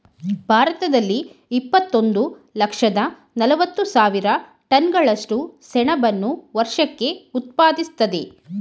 ಭಾರತದಲ್ಲಿ ಇಪ್ಪತ್ತೊಂದು ಲಕ್ಷದ ನಲವತ್ತು ಸಾವಿರ ಟನ್ಗಳಷ್ಟು ಸೆಣಬನ್ನು ವರ್ಷಕ್ಕೆ ಉತ್ಪಾದಿಸ್ತದೆ